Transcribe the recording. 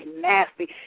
nasty